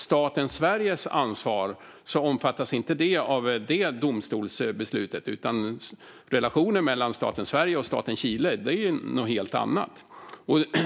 Staten Sveriges ansvar omfattas inte av det domstolsbeslutet. Relationen mellan staten Sverige och staten Chile är något helt annat.